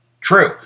True